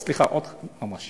סליחה, עוד כמה שניות.